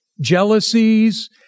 jealousies